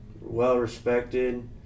Well-respected